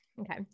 Okay